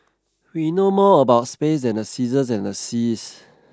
we know more about space than the seasons and the seas